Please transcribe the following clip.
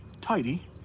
tidy